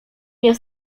nie